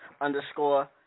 underscore